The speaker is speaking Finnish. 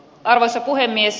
arvoisa puhemies